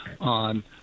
on